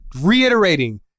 reiterating